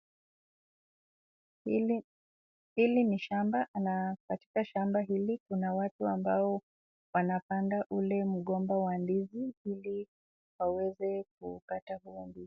Hili ni shamba na katika shamba hili kuna watu ambao wanapanda ule mgomba wa ndizi ili waweze kuukata kama ndizi.